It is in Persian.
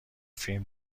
فیلم